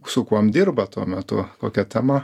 su kuom dirba tuo metu kokia tema